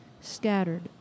scattered